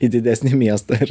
į didesnį miestą ir